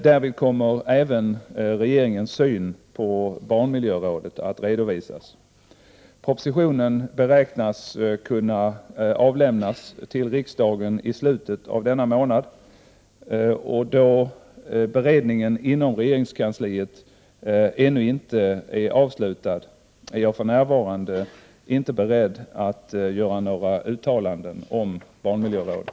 Därvid kommer även regeringens syn på barnmiljörådet att redovisas. Propositionen beräknas kunna avlämnas till riksdagen i slutet av denna månad. Då beredningen inom regeringskansliet ännu inte är avslutad är jag för närvarande inte beredd att göra några uttalanden om barnmiljörådet.